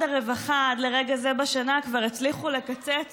הרווחה עד לרגע זה בשנה כבר הצליחו לקצץ